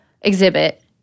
exhibit